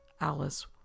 Alice